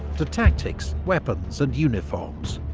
to tactics, weapons and uniforms.